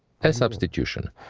a substitution.